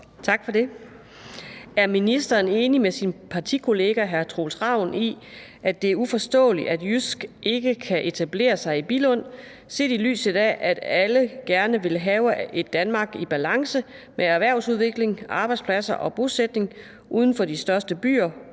Tak for det. Er ministeren enig med sin partikollega hr. Troels Ravn i, at det er uforståeligt, at JYSK ikke kan etablere sig i Billund, set i lyset af at alle gerne vil have et Danmark i balance med erhvervsudvikling, arbejdspladser og bosætning uden for de største byer